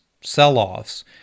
sell-offs